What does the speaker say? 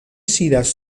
sidis